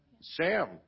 Sam